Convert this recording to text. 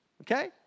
Okay